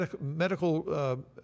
medical